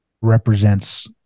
represents